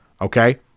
okay